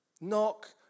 Knock